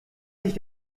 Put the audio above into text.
sich